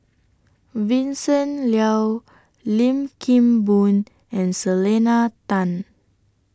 Vincent Leow Lim Kim Boon and Selena Tan